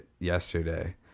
yesterday